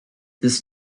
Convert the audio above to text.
this